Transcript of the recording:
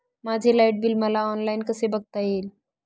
माझे light bill मला online कसे बघता येईल?